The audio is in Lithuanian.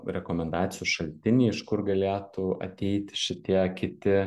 rekomendacijų šaltiniai iš kur galėtų ateiti šitie kiti